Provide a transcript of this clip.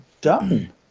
done